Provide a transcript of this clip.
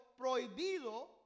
prohibido